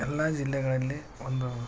ಎಲ್ಲ ಜಿಲ್ಲೆಗಳಲ್ಲಿ ಒಂದು